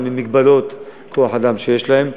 עם מגבלות כוח-האדם שיש להם.